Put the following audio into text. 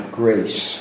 grace